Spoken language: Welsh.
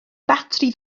batri